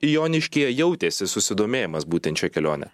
joniškyje jautėsi susidomėjimas būtent šia kelione